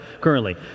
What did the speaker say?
Currently